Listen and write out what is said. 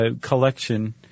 collection